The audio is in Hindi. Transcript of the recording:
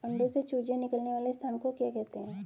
अंडों से चूजे निकलने वाले स्थान को क्या कहते हैं?